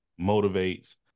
motivates